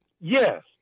Yes